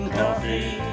coffee